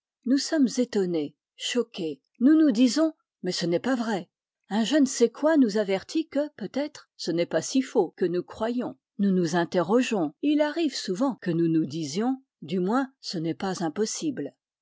nous sommes étonnés choqués nous nous disons mais ce n'est pas vrai un je ne sais quoi nous avertit que peut-être ce n'est pas si faux que nous croyons nous nous interrogeons et il arrive souvent que nous nous disions du moins ce n'est pas impossible